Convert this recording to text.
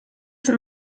sind